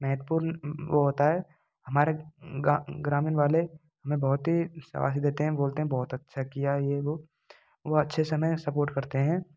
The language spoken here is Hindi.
महत्वपूर्ण वो होता है हमारे ग्रामीण वाले हमें बहुत हीं शाबाशी देते हैं बोलते हैं बहुत अच्छा किया ये वो वो अच्छे से हमें सपोर्ट करते हैं